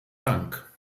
dank